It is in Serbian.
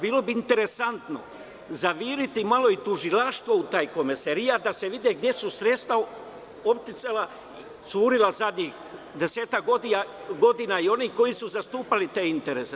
Bilo bi interesantno zaviriti malo i tužilaštvo u taj Komesarijat, da se vidi gde su sredstva oticala, curila zadnjih desetak godina i onih koji su zastupali te interese.